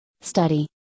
Study